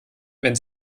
wenn